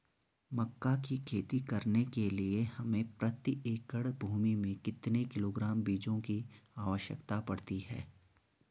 मक्का की खेती करने के लिए हमें प्रति एकड़ भूमि में कितने किलोग्राम बीजों की आवश्यकता पड़ती है?